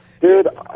dude